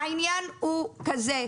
העניין הוא כזה,